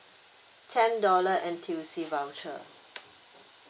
ten dollar N_T_U_C voucher